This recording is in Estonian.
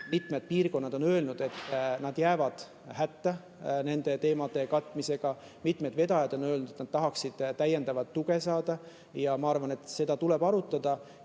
Mitmed piirkonnad on öelnud, et nad jäävad hätta nende teemade katmisega. Mitmed vedajad on öelnud, et nad tahaksid täiendavat tuge saada. Ma arvan, et seda tuleb arutada.